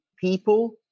people